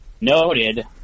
Noted